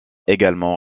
également